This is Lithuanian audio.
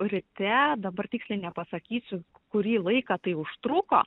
ryte dabar tiksliai nepasakysiu kurį laiką tai užtruko